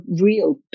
real